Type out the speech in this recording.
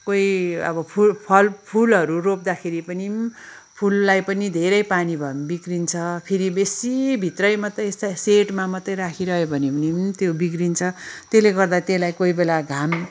कोही अब फुल फलफुलहरू रोप्दाखेरि पनि पनि फुललाई पनि धेरै पानी भयो भने बिग्रिन्छ फेरि बेसी भित्रै मात्रै यस्ता सेडमा मात्रै राखिरह्यो भने पनि पनि त्यो बिग्रिन्छ त्यसले गर्दा त्यसलाई कोही बेला घाम